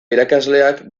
irakasleak